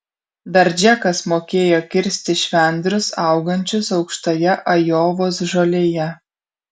dar džekas mokėjo kirsti švendrus augančius aukštoje ajovos žolėje